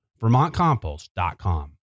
VermontCompost.com